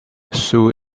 sue